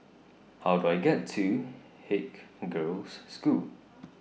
How Do I get to Haig Girls' School